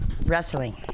wrestling